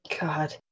God